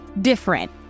different